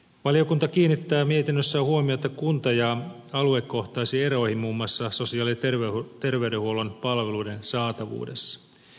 valiokunta kiinnittää mietinnössään huomiota kunta ja aluekohtaisiin eroihin muun muassa sosiaali ja terveydenhuollon palveluiden saatavuudessa